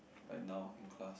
like now in class